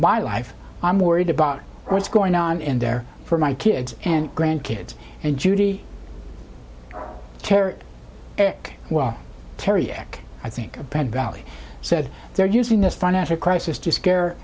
my life i'm worried about what's going on in there for my kids and grandkids and judy care well terry ak i think append valley said they're using this financial crisis to scare